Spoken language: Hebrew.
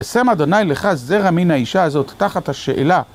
שם אדוני לך זרע מן האישה הזאת תחת השאלה